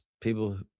people